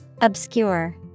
Obscure